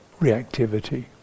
reactivity